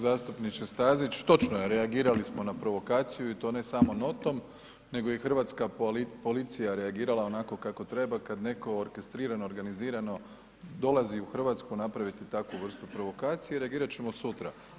Zastupniče Stazić, točno je reagirali smo na provokaciju i to ne samo notom, nego je i hrvatska policija reagirala onako kako treba kada netko orkestrirano, organizirano dolazi u Hrvatsku napraviti takvu vrstu provokacije i reagirat ćemo sutra.